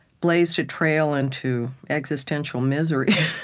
blazed a trail into existential misery.